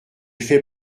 fait